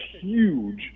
huge